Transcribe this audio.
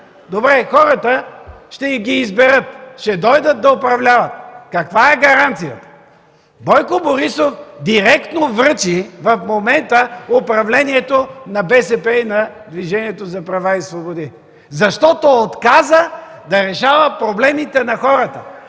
Добре, хората ще ги изберат, ще дойдат да управляват, каква е гаранцията?! Бойко Борисов директно връчи в момента управлението на Българската социалистическа партия и на Движението за права и свободи, защото отказа да решава проблемите на хората.